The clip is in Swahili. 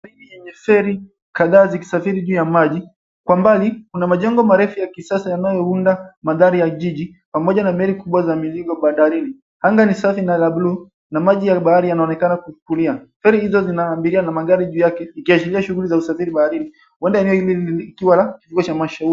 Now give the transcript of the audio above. Maji yenye feri kadhaa zikisafisri juu ya maji. Kwa mbali kuna majengo ya kisasa yanayounda magari ya jiji pamoja na meli kubwa za bandarini. Anga ni safi na la buluu na maji ya bahari yanaonekana kulia. Feri hizo zote zina abiria na magari juu yake ikiashiria shughuli za usafiri baharini uwanja wa meli ukiwa na kituo cha mashauri.